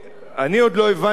אני עוד לא הבנתי מכם,